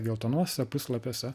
geltonuosiuose puslapiuose